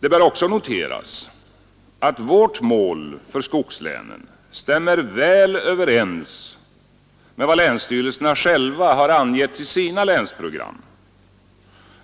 Det bör noteras att vårt mål för skogslänen stämmer väl överens med vad länsstyrelserna själva har angivit i sina länsprogram,